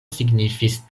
signifis